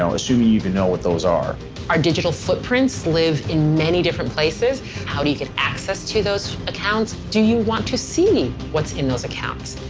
assuming you even know what those are our digital footprints live in many different places how do you get access to those accounts? do you want to see what's in those accounts?